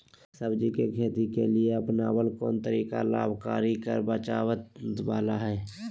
सब्जी के खेती के लिए अपनाबल कोन तरीका लाभकारी कर बचत बाला है?